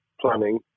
planning